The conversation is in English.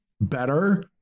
better